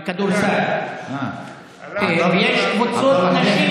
כדורגל, אני מדבר על כדורסל.) ויש קבוצות נשים.